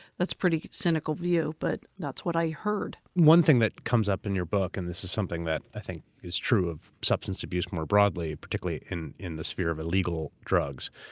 that's a pretty cynical view, but that's what i heard. one thing that comes up in your book, and this is something that i think is true of substance abuse more broadly, particularly in in the sphere of illegal drugs,